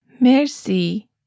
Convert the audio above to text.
Merci